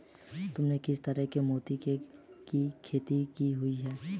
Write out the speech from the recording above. तुमने किस तरह के मोती की खेती की हुई है?